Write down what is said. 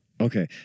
Okay